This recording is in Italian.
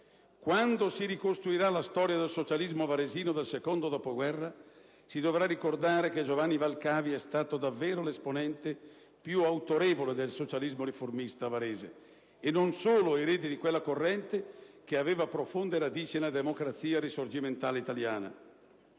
Quando si ricostruirà la storia del socialismo varesino del secondo dopoguerra si dovrà ricordare che Giovanni Valcavi è stato davvero l'esponente più autorevole del socialismo riformista, a Varese e non solo, erede di quella corrente che aveva profonde radici nella democrazia risorgimentale italiana.